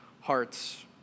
hearts